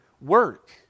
work